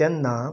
तेन्ना